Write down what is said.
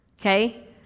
Okay